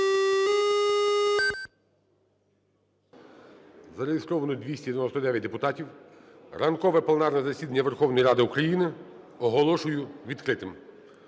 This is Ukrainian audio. Зареєстровано 299 депутатів. Ранкове пленарне засідання Верховної Ради України оголошую відкритим.